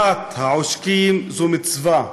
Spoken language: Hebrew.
שנת העושקים זו מצווה.